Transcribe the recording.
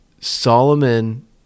Solomon